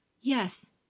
Yes